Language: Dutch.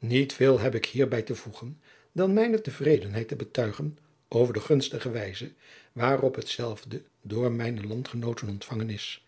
iet veel heb ik hierbij te voegen dan mijne te vredenheid te betuigen over de gunstige wijze waarop hetzelve door mijne landgenooten ontvangen is